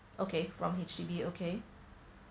okay from H_D_B okay